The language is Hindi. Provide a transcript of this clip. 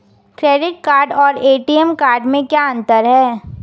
क्रेडिट कार्ड और ए.टी.एम कार्ड में क्या अंतर है?